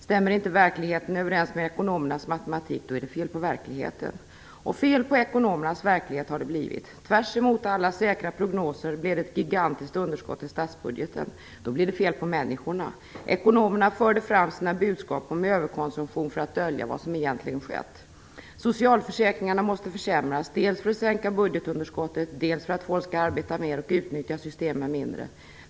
Stämmer inte verkligheten överens med ekonomernas matematik, då är det fel på verkligheten. Fel på ekonomernas verklighet har det blivit. Tvärs emot alla säkra prognoser blev det ett gigantiskt underskott i statsbudgeten. Då blev det fel på människorna. Ekonomerna förde fram sina budskap om överkonsumtion för att dölja vad som egentligen skett. Socialförsäkringarna måste försämras, dels för att sänka budgetunderskottet, dels för att människorna skall arbeta mer och utnyttja systemet mindre.